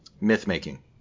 myth-making